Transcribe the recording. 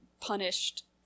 punished